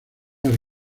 más